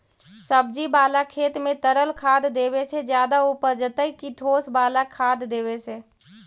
सब्जी बाला खेत में तरल खाद देवे से ज्यादा उपजतै कि ठोस वाला खाद देवे से?